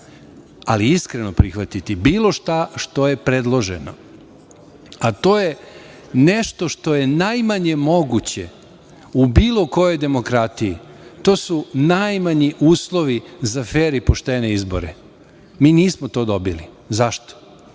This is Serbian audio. ali iskreno prihvatiti bilo šta što je predloženo, a to je nešto što je najmanje moguće u bilo kojoj demokratiji. To su najmanji uslovi za fer i poštene izbore. Mi nismo to dobili. Zašto?